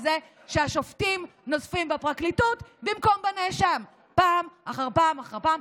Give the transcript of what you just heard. וזה שהשופטים נוזפים בפרקליטות במקום בנאשם פעם אחר פעם אחר פעם.